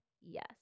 Yes